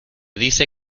dice